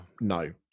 no